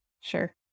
Sure